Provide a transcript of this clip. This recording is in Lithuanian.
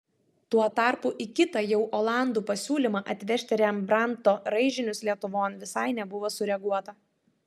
tuo tarpu į kitą jau olandų pasiūlymą atvežti rembrandto raižinius lietuvon visai nebuvo sureaguota